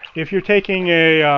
if you taking a